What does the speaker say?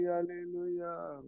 Hallelujah